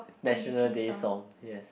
National Day song yes